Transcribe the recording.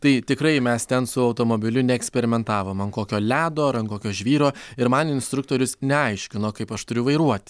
tai tikrai mes ten su automobiliu neeksperimentavom ant kokio ledo ar ant kokio žvyro ir man instruktorius neaiškino kaip aš turiu vairuot